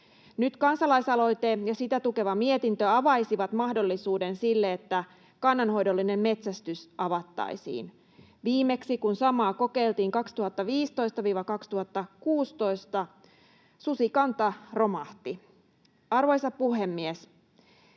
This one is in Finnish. Nyt kansalaisaloite ja sitä tukeva mietintö avaisivat mahdollisuuden sille, että kannanhoidollinen metsästys avattaisiin. Viimeksi, kun samaa kokeiltiin, 2015—2016, susikanta romahti. Arvoisa puhemies!